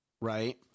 right